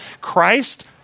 Christ